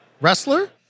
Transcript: wrestler